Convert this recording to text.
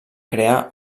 crear